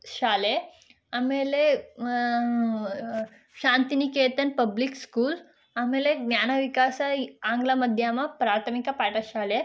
ಶಾಲೆ ಆಮೇಲೆ Shantiniketan public school ಆಮೇಲೆ ಜ್ಞಾನ ವಿಕಾಸ ಇ ಆಂಗ್ಲ ಮಾಧ್ಯಮ ಪ್ರಾಥಮಿಕ ಪಾಠಶಾಲೆ